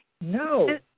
No